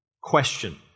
question